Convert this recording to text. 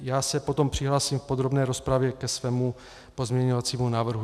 Já se potom přihlásím v podrobné rozpravě ke svému pozměňovacímu návrhu.